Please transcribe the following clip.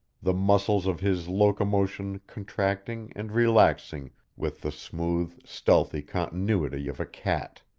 the muscles of his locomotion contracting and relaxing with the smooth, stealthy continuity of a cat.